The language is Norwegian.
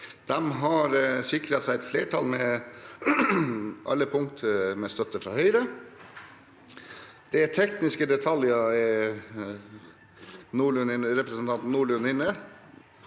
De har sikret seg et flertall på alle punkt med støtte fra Høyre. Det er tekniske detaljer, noe representanten Nordlund er